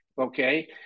okay